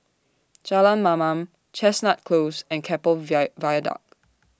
Jalan Mamam Chestnut Close and Keppel Via Viaduct